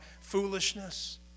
foolishness